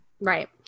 Right